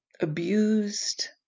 abused